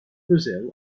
brazil